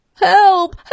Help